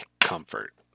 comfort